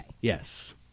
Yes